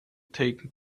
taken